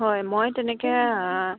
হয় মই তেনেকে